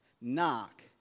Knock